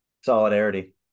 Solidarity